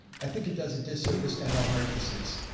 i think it does a disservice to how hard this is.